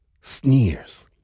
sneers